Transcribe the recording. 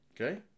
Okay